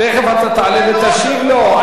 תיכף אתה תעלה ותשיב לו.